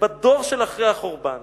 בדור של אחרי החורבן